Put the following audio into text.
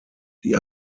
die